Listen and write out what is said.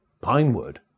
Pinewood